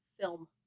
film